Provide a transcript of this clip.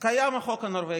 קיים החוק הנורבגי.